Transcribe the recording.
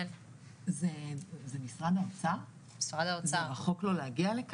אז שוב אני אגיד,